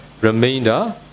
remainder